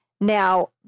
Now